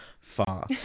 far